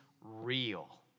real